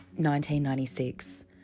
1996